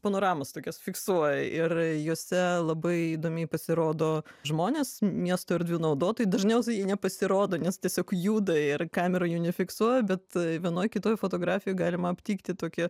panoramas tokias fiksuoja ir jose labai įdomiai pasirodo žmonės miesto erdvių naudotojai dažniausiai jie nepasirodo nes tiesiog juda ir kameroj jų nefiksuoja bet vienoj kitoj fotografijoj galima aptikti tokią